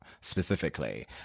specifically